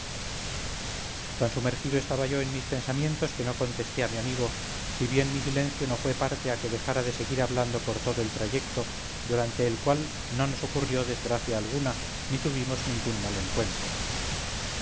tan sumergido estaba yo en mis pensamientos que no contesté a mi amigo si bien mi silencio no fue parte a que dejara de seguir hablando por todo el trayecto durante el cual no nos ocurrió desgracia alguna ni tuvimos ningún mal encuentro